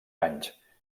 anys